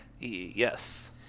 Yes